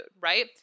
right